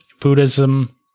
Buddhism